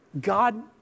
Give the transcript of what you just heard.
God